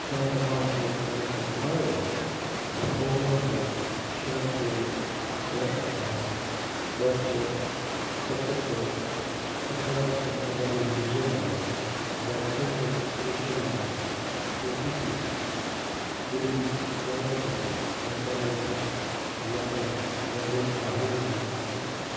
छा तव्हां चैक करे सघंदा आहियो त फोन नंबर छह टे छह अठ ॿ छह सत छह अठ ॿ सत वारे यूज़र लाइ वैक्सीन रजिसट्रेशन लाइ ओ टी पी ॿुड़ी नव छह ॿ चारि अठ अञा ताईं वैलिड आहे या न